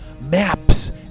maps